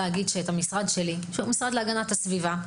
המשרד שלי הוא המשרד להגנת סביבה.